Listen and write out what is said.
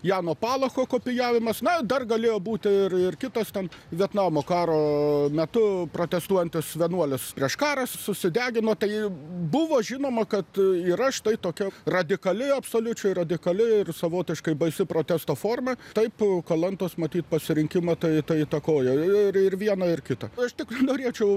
jano palacho kopijavimas na dar galėjo būti ir ir kitas ten vietnamo karo metu protestuojantis vienuolis prieš karą susidegino tai buvo žinoma kad yra štai tokia radikali absoliučiai radikali ir savotiškai baisi protesto forma taip kalantos matyt pasirinkimą tai įtakojo ir ir vieno ir kito aš tik norėčiau